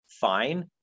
Fine